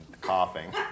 coughing